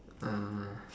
uh